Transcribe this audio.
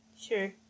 sure